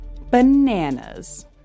bananas